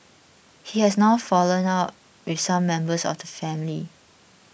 he has now fallen out with some members of the family